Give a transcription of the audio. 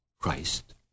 Christ